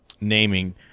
naming